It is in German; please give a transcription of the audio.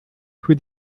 für